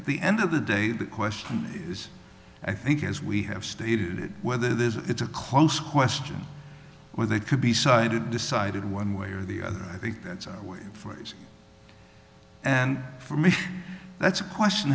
the end of the day the question is i think as we have stated whether this is a close question where they could be cited decided one way or the other i think that's a way of phrasing and for me that's a question